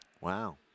wow